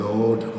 Lord